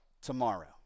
tomorrow